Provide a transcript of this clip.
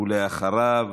ואחריו,